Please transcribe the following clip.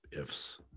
ifs